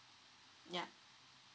ya